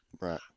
Right